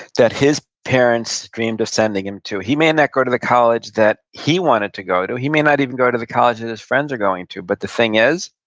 that his parents dreamed of sending him to. he may and not go to the college that he wanted to go to. he may not even go to the college that his friends are going to, but the thing is,